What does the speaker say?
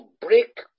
break